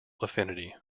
affinity